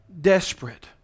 Desperate